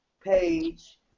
page